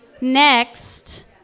Next